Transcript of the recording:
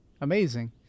Amazing